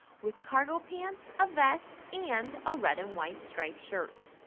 with cargo pants, ah vest and ah red and white striped shirt.